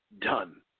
Done